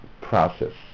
process